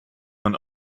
man